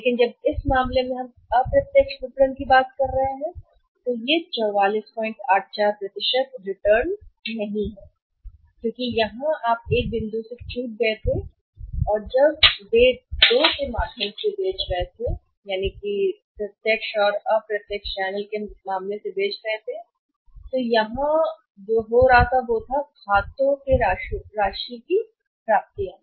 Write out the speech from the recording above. लेकिन इस मामले में जब हम अप्रत्यक्ष विपणन के साथ बात कर रहे हैं तो यह रिटर्न नहीं है 4484 क्योंकि आप यहां एक बिंदु से चूक गए थे जो देखते हैं जब वे दो के माध्यम से बेच रहे हैं चैनल प्रत्यक्ष या अप्रत्यक्ष विपणन करेंगे जो यहां हो रहा है जो खातों की राशि कहते हैं प्राप्तियों